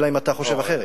אלא אם כן אתה חושב אחרת.